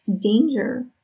danger